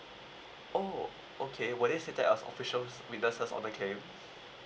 oh okay were they said there was officials witnesses on the came